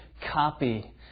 copy